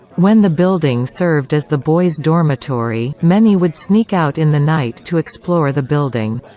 when the building served as the boys' dormitory, many would sneak out in the night to explore the building.